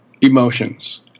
emotions